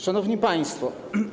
Szanowni Państwo!